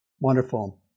Wonderful